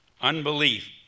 Unbelief